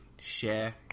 share